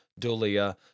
dulia